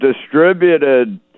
distributed